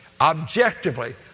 Objectively